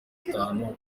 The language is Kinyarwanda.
atanu